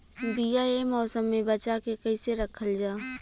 बीया ए मौसम में बचा के कइसे रखल जा?